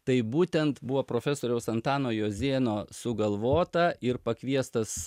tai būtent buvo profesoriaus antano jozėno sugalvota ir pakviestas